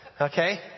Okay